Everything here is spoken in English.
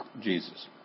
Jesus